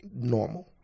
normal